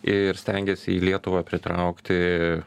ir stengiasi į lietuvą pritraukti